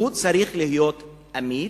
הוא צריך להיות אמיץ.